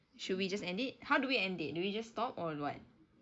should we just end it how do we end it do we just stop or what